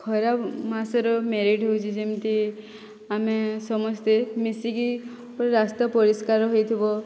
ଖରା ମାସର ମେରିଟ୍ ହେଉଛି ଯେମିତି ଆମେ ସମସ୍ତେ ମିଶିକି ପୁରା ରାସ୍ତା ପରିଷ୍କାର ହୋଇଥିବ